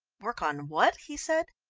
work on what? he said.